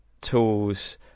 tools